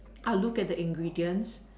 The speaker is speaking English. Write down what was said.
I look at the ingredients